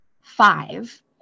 five